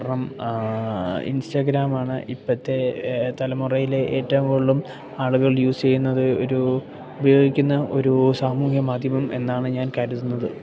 കാരണം ഇൻസ്റ്റാഗ്രാമാണ് ഇപ്പോഴത്തെ തലമുറയിലെ ഏറ്റവും കൂടുതലും ആളുകൾ യൂസ് ചെയ്യുന്നത് ഒരു ഉപയോഗിക്കുന്ന ഒരു സാമൂഹ്യ മാധ്യമം എന്നാണ് ഞാൻ കരുതുന്നത്